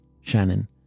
Shannon